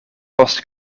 post